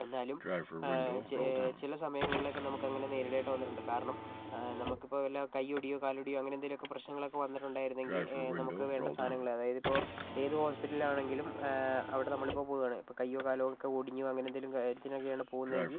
എന്നാലും ചെ ചില സമയങ്ങളിലൊക്കെ നമുക്ക് അങ്ങനെ നേരിടേണ്ടി വന്നിട്ടുണ്ട് കാരണം നമുക്കിപ്പോൾ വല്ല കൈ ഒടിയുകയോ കാൽ ഒടിയുകയോ എന്തെങ്കിലും ഒക്കെ പ്രശ്നങ്ങളൊക്കെ വന്നിട്ടുണ്ടായിരുന്നെങ്കിൽ നമുക്ക് വേണ്ട സാധനങ്ങൾ അതായത് ഇപ്പോൾ ഏത് ഹോസ്പിറ്റലിൽ ആണെങ്കിലും അവിടെ നമ്മളിപ്പോൾ പോകുകയാണ് ഇപ്പോൾ കൈയ്യോ കാലോ ഒക്കെ ഒടിഞ്ഞു അങ്ങനെ എന്തെങ്കിലും കാര്യത്തിനൊക്കെയാണ് പോകുന്നതെങ്കിൽ